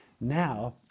Now